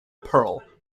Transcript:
pearl